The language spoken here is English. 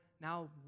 now